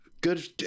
Good